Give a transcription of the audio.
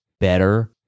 better